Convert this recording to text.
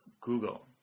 Google